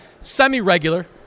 semi-regular